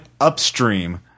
upstream